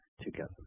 together